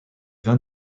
vin